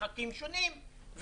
מרחקים שונים,